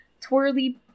twirly